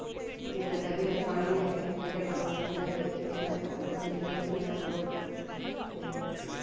पवित्रता बी ते पानी ऐ उत्थै ठंडे पानिये कन्नै नह्यइयै ते इत्थै ओह् करदे लंगर बी लांदे लोक ते